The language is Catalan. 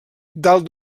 dalt